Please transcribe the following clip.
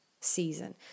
season